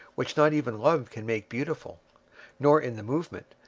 which not even love can make beautiful nor in the movement,